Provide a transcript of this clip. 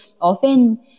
often